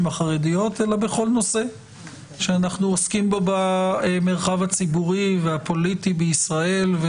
החרדיות אלא בכל נושא שאנחנו עוסקים במרחב הציבורי והפוליטי בישראל.